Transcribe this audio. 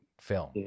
film